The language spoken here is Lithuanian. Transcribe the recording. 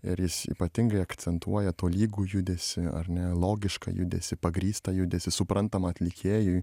ir jis ypatingai akcentuoja tolygų judesį ar ne logišką judesį pagrįstą judesį suprantamą atlikėjui